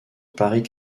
paris